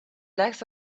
legs